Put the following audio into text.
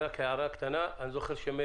רק הערה קטנה: אני זוכר שגם